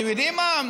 אתם יודעים מה,